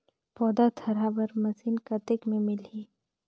पौधा थरहा बर मशीन कतेक मे मिलही?